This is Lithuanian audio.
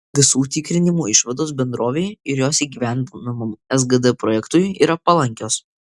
visų tikrinimų išvados bendrovei ir jos įgyvendinamam sgd projektui yra palankios